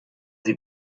sie